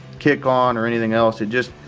kick on or anything else. it just,